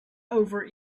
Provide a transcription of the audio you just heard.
over